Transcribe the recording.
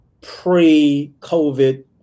pre-COVID